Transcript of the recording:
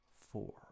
four